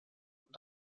und